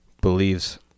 Believes